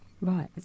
Right